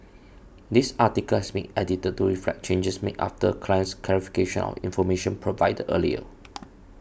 this article has been edited to reflect changes made after client's clarification of information provided earlier